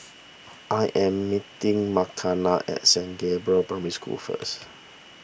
I am meeting Makenna at Saint Gabriel's Primary School first